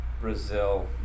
Brazil